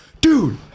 dude